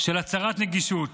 של הצהרת נגישות.